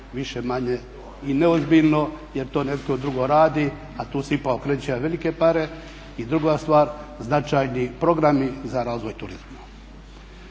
više-manje i neozbiljno jer to netko drugi radi a tu se ipak okreću velike pare. I druga stvar značajni programi za razvoj turizma.